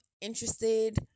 interested